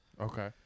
Okay